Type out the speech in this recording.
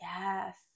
Yes